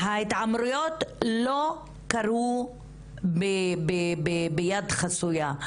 ההתעמרויות לא קרו ביד חסויה.